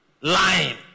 Lying